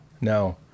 No